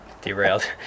Derailed